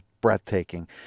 breathtaking